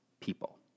people